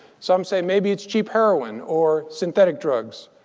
some say maybe it's cheap heroin or synthetic drugs.